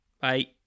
Bye